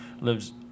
lives